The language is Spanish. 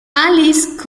alice